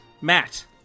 Matt